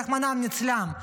רחמנא ליצלן,